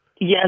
Yes